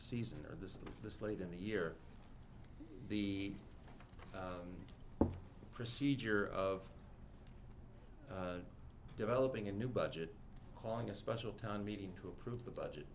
season or this this late in the year the procedure of developing a new budget calling a special town meeting to approve the budget